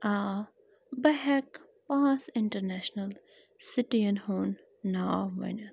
آ بہٕ ہیٚکہٕ پانٛژھ اِنٹَرنیشَل سِٹِیَن ہُنٛد ناو ؤنِتھ